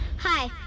Hi